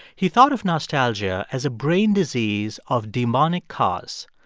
he thought of nostalgia as a brain disease of demonic cause,